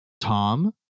Tom